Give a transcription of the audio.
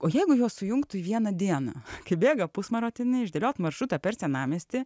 o jeigu juos sujungtų į vieną dieną kai bėga pusmaratonį išdėliot maršrutą per senamiestį